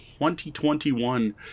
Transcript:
2021